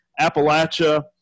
Appalachia